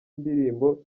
ndirimbo